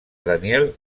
daniel